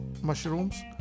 mushrooms